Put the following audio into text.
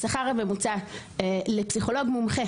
השכר הממוצע לפסיכולוג מומחה,